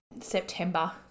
September